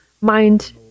mind